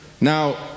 Now